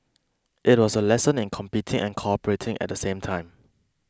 it was a lesson in competing and cooperating at the same time